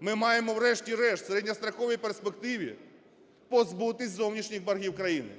Ми маємо, врешті-решт, у середньостроковій перспективі позбутися зовнішніх боргів країни.